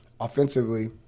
Offensively